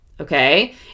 okay